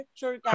sure